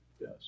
Yes